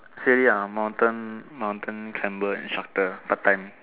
steady ah mountain mountain climber instructor part time